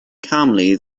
calmly